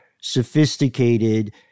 sophisticated